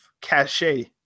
cachet